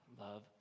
love